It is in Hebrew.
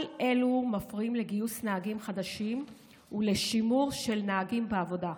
כל אלו מפריעים לגיוס נהגים חדשים ולשימור של נהגים בעבודה,